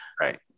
Right